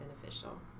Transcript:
beneficial